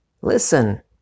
Listen